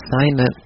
assignment